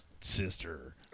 sister